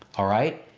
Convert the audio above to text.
alright.